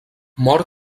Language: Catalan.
mor